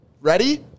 Ready